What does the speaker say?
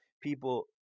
people